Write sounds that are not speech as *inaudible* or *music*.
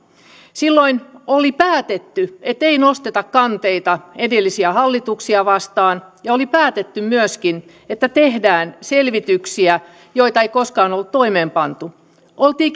silloin oli päätetty ettei nosteta kanteita edellisiä hallituksia vastaan ja oli päätetty myöskin että tehdään selvityksiä joita ei koskaan ollut toimeenpantu oltiin *unintelligible*